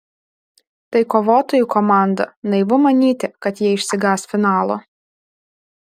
tai kovotojų komanda naivu manyti kad jie išsigąs finalo